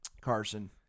Carson